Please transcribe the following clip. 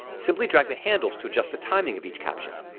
simply drag the handles to adjust the timing of each caption.